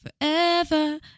forever